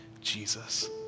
Jesus